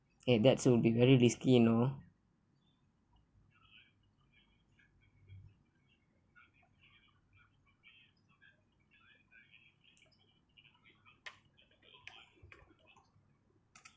and that's you will be very risky you know